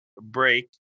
break